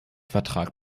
vertrag